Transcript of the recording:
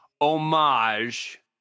homage